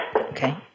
Okay